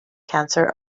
cancer